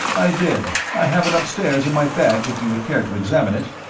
i did. i have it upstairs in my bag if you would care to examine it.